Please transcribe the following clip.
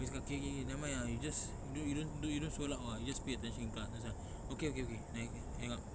dia cakap okay okay okay nevermind ah you just you don~ you don't you don't so loud ah you just pay attention in class ah then I was like okay okay okay then hang up